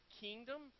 kingdom